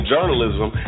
Journalism